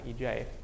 EJ